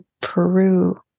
Peru